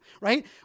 right